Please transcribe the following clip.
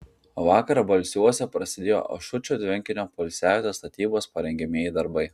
vakar balsiuose prasidėjo ašučio tvenkinio poilsiavietės statybos parengiamieji darbai